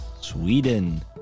Sweden